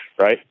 right